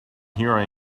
here